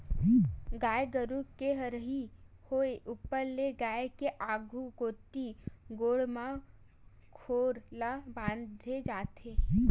गाय गरु के हरही होय ऊपर ले गाय के आघु कोती गोड़ म खोल ल बांधे जाथे